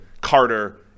Carter